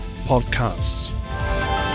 podcasts